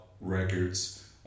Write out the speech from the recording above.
records